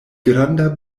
granda